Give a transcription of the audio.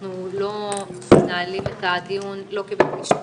אנחנו לא מנהלים את הדיון כבית משפט,